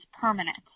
permanent